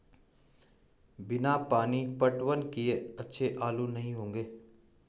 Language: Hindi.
बिना पानी पटवन किए अच्छे आलू नही होंगे